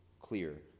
clear